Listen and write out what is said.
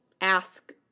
ask